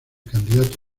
candidato